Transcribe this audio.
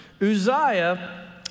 Uzziah